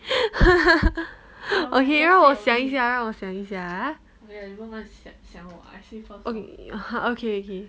okay 让我想一想让我想一想 ah okay okay